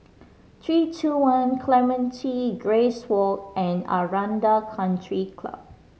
Three Two One Clementi Grace Walk and Aranda Country Club